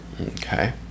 Okay